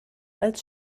als